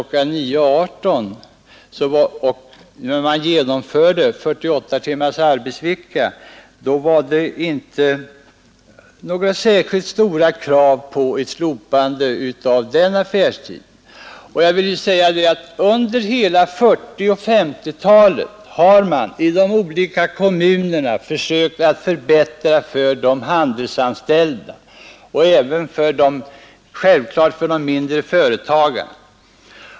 9.00 och 18.00 och hade 48 timmars arbetsvecka var det inte några särskilt stora krav på ett slopande av den affärstiden. Under hela 1940 och 1950-talen har man i de olika kommunerna försökt att förbättra för de handelsanställda och självklart även för de mindre företagarna.